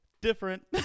Different